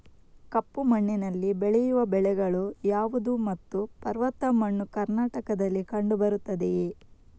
ಕಪ್ಪು ಮಣ್ಣಿನಲ್ಲಿ ಬೆಳೆಯುವ ಬೆಳೆಗಳು ಯಾವುದು ಮತ್ತು ಪರ್ವತ ಮಣ್ಣು ಕರ್ನಾಟಕದಲ್ಲಿ ಕಂಡುಬರುತ್ತದೆಯೇ?